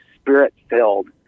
Spirit-filled